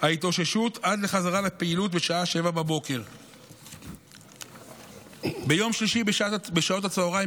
ההתאוששות עד לחזרה לפעילות בשעה 07:00. ביום שלישי בשעות הצוהריים